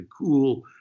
cool